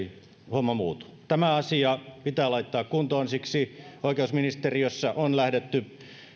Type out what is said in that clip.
homma muutu tämä asia pitää laittaa kuntoon siksi oikeusministeriössä on lähdetty